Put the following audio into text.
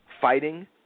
fighting